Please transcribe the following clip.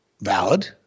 valid